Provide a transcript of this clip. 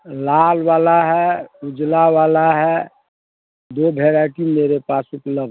लाल वाला है उजला वाला है दो बैराइटी मेरे पास उपलब्ध है